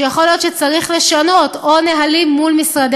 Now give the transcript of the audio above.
ויכול להיות שצריך לשנות נהלים מול משרדי